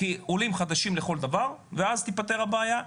כעולים חדשים לכל דבר ואז תיפתר הבעיה.